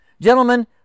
Gentlemen